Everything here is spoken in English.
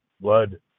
blood